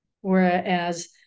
Whereas